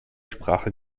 sprache